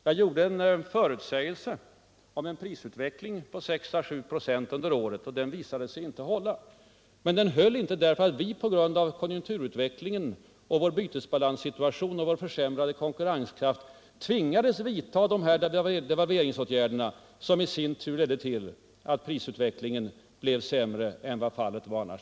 Jag giorde en förutsägelse om en prisutveckling på 6-7 26 under året, men den visade sig inte hålla. Den höll inte, eftersom vi på grund av konjunkturutvecklingen, vår bytesbalanssituation och vår försämrade konkurrenskraft tvingades vidta devalveringsåtgärder, vilka i sin tur ledde till att prisutvecklingen blev sämre än annars vore fallet.